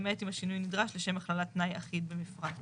למעט אם השינוי נדרש לשם הכללת תנאי אחיד במפרט.